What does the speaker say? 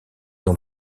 ont